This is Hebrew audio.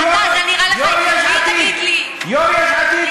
אתה, זה נראה לך, היום יושב-ראש יש